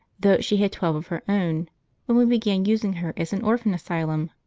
though she had twelve of her own when we began using her as an orphan asylum.